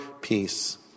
peace